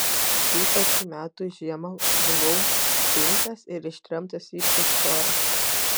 tų pačių metų žiemą buvau suimtas ir ištremtas į pečiorą